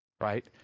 Right